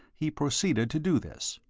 he proceeded to do this.